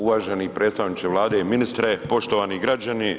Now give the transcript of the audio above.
Uvaženi predstavniče Vlade, ministre, poštovani građani.